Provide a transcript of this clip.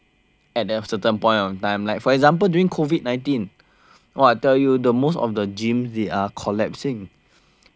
at a certain point of time like for example during COVID nineteen !wah! I tell you the most of the gym they are collapsing